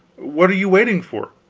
what are you waiting for?